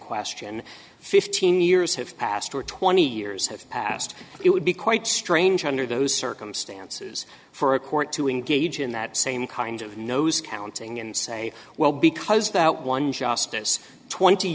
question fifteen years have passed or twenty years have passed it would be quite strange under those circumstances for a court to engage in that same kind of knows counting and say well because that one justice twenty